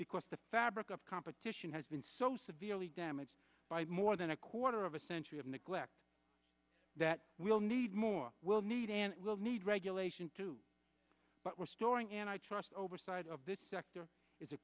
because the fabric of competition has been so severely damaged by more than a quarter of a century of neglect that we'll need more will need and will need regulation to restoring and i trust oversight of this sector is a